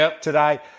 today